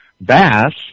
bass